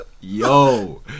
yo